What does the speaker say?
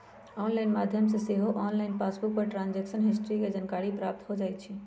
online माध्यम से सेहो ऑनलाइन पासबुक पर ट्रांजैक्शन हिस्ट्री के जानकारी प्राप्त हो जाइ छइ